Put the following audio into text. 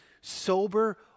sober